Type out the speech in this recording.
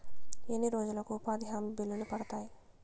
ఎన్ని రోజులకు ఉపాధి హామీ బిల్లులు పడతాయి?